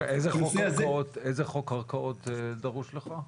איזה חוק קרקעות דרוש לכך?